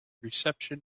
reception